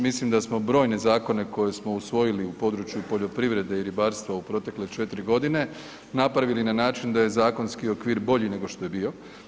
Mislim da smo brojne zakone koje smo usvojili u području poljoprivrede i ribarstva u protekle 4 godine, napravili na način da je zakonski okvir bolji nego što je bio.